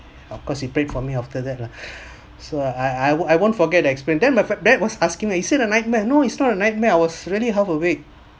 of course he prayed for me after that lah so I I won't I won't forget that experience then a dad was asking me is that a nightmare no it's not a nightmare was really half awake